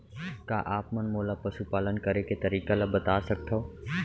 का आप मन मोला पशुपालन करे के तरीका ल बता सकथव?